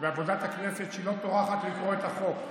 ועבודת הכנסת שהיא לא טורחת לקרוא את החוק.